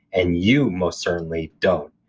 and you most certainly don't.